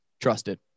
trusted